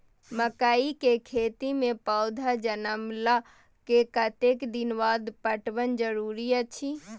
मकई के खेती मे पौधा जनमला के कतेक दिन बाद पटवन जरूरी अछि?